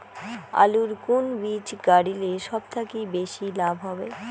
আলুর কুন বীজ গারিলে সব থাকি বেশি লাভ হবে?